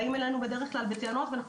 באים אלינו בדרך כלל בטענות ואנחנו